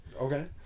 Okay